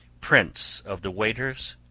prince of the weders,